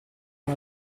una